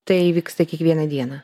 tai vyksta kiekvieną dieną